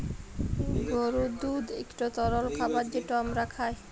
গরুর দুহুদ ইকট তরল খাবার যেট আমরা খাই